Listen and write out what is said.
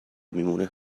میمونه